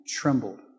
trembled